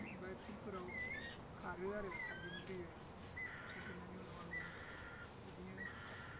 ओमफ्राय फिल्डफोराव खारो आरो खारजेनग्रोयो खारजेननानै उनाव आङो बिदिनो